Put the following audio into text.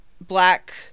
black